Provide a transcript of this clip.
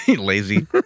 lazy